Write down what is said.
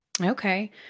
Okay